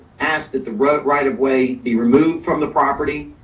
asked that the road right of way be removed from the property.